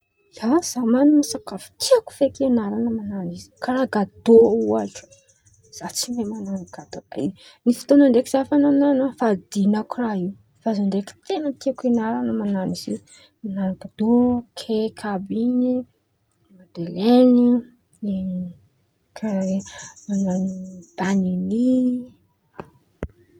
ia za man̈ana sakafo tiako feky ianaran̈a karàha gatô ohatra za tsy mahay man̈ano gatô be! Nisy fotoan̈a ndraiky za efa nan̈ano fa adin̈ako raha io fa Zao ndraiky ten̈a tiako ianaran̈a man̈ano izy io, man̈ano gatô, kaiky àby in̈y, madeleny, karàha in̈y panin̈y.